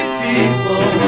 people